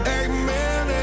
amen